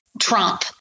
Trump